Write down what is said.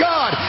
God